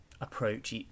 approach